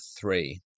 three